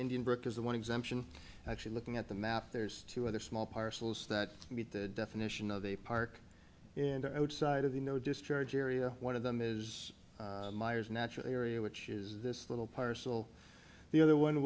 exemption actually looking at the map there's two other small parcels that meet the definition of a park and outside of the no discharge area one of them is meyer's natural area which is this little parcel the other one